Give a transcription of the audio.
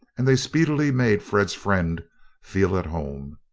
and they speedily made fred's friend feel at home.